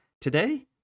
today